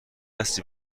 هستی